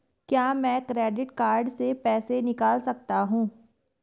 क्या मैं credit card से पैसे निकाल सकता हूँ?